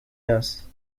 else